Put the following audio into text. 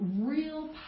real